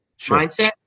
mindset